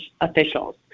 officials